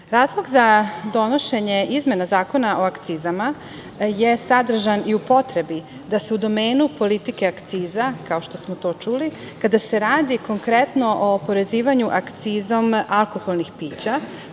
razlog za donošenje izmene Zakona o akcizama je sadržan i u potrebi da se u domenu politike akciza, kao što smo to čuli, kada se radi konkretno o oporezivanju akcizom alkoholnih pića